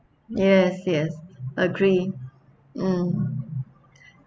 yes yes agree mm